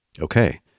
Okay